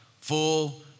full